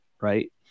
right